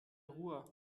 ruhr